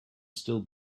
still